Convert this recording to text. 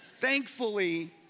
thankfully